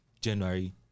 January